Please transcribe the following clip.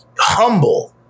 humble